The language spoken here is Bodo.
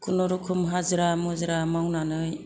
खुनुरुखुम हाजिरा मुजिरा मावनानै